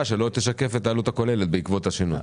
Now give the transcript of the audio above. שלא תשקף את העלות הכוללת בעקבות השינוי.